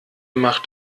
macht